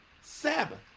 Sabbath